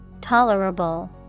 Tolerable